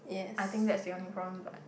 I think that's the only problem but